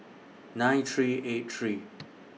nine three eight three